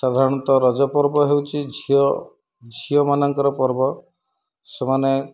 ସାଧାରଣତଃ ରଜପର୍ବ ହେଉଛି ଝିଅ ଝିଅମାନଙ୍କର ପର୍ବ ସେମାନେ